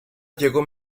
llegó